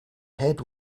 head